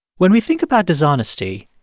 when we think about dishonesty,